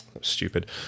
Stupid